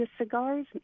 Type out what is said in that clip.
cigars